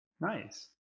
Nice